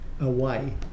away